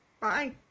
Bye